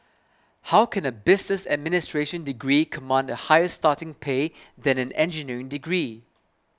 how can a business administration degree command a higher starting pay than an engineering degree